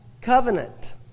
covenant